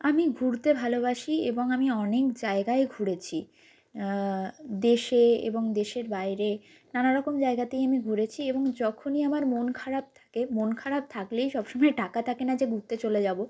আমি ঘুরতে ভালোবাসি এবং আমি অনেক জায়গায় ঘুরেছি দেশে এবং দেশের বাইরে নানারকম জায়গাতেই আমি ঘুরেছি এবং যখনই আমার মন খারাপ থাকে মন খারাপ থাকলেই সবসময় টাকা থাকে না যে ঘুরতে চলে যাব